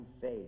faith